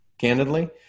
candidly